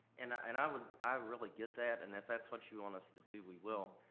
and ah and i would, i really get that and if that's what you want us to do, we will.